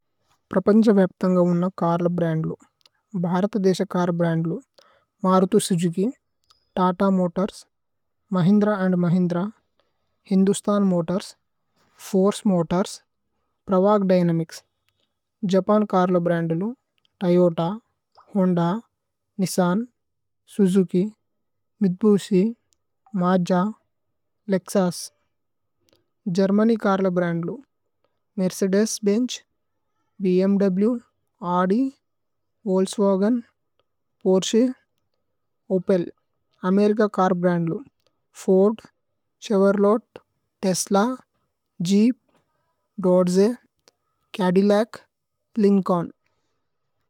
പ്രപന്ജ വപ്ഥന്ഗമുന്ന കര്ല ബ്രന്ദ്ലു, ഭ്ഹരത ദേശ കര്ല ബ്രന്ദ്ലു, Maruti Suzuki, Tata Motors, Mahindra & Mahindra. Hindustan Motors, Force Motors, Pravaig Dynamics, Japan കര്ല ബ്രന്ദ്ലു, Toyota, Honda, Nissan, Suzuki, Mitsubishi, Mazda, Lexus. Germany കര്ല ബ്രന്ദ്ലു, മേര്ചേദേസ് ഭേന്ഛ്, ഭ്മ്വ്, Audi, Volkswagen, Porsche, Opel, America കര്ല ബ്രന്ദ്ലു, Ford, Chevrolet, Tesla, Jeep, Dodge, ഛദ്ദ്യ്, ലിന്ചോല്ന്।